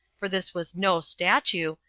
for this was no statue,